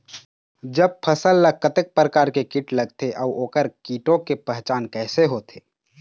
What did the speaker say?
जब फसल ला कतेक प्रकार के कीट लगथे अऊ ओकर कीटों के पहचान कैसे होथे?